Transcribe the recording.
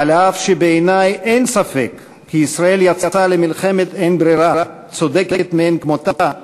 אף שבעיני אין ספק כי ישראל יצאה למלחמת אין-ברירה צודקת מאין כמותה,